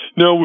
no